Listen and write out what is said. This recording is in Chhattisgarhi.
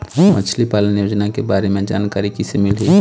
मछली पालन योजना के बारे म जानकारी किसे मिलही?